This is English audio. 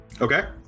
Okay